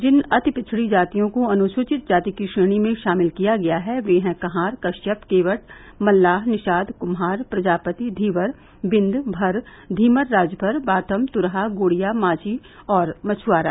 जिन अति पिछड़ी जातियों को अनुसूचित जाति की श्रेणी में शामिल किया गया है वह हैं कंहार कश्यप केवट मल्लाह निषाद कुम्हार प्रजापति धीवर विंद भर धीमर राजभर बाथम तुरहा गोड़िया माझी मछ्आरा